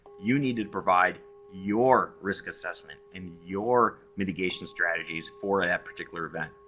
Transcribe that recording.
you need to provide your risk assessment and your mitigation strategies for that particular event.